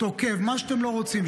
מה שאתם לא רוצים,